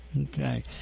Okay